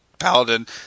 paladin